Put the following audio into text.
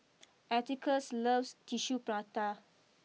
atticus loves Tissue Prata